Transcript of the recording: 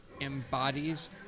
embodies